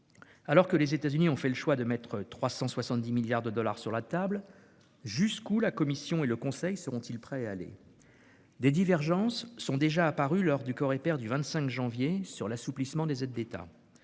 Alors que les États-Unis ont fait le choix de mettre 370 milliards de dollars sur la table, jusqu'où la Commission et le Conseil sont-ils prêts à aller ? Des divergences sont déjà apparues lors de la réunion du Comité des représentants permanents